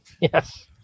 Yes